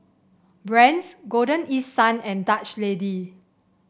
Brand's Golden East Sun and Dutch Lady